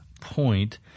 point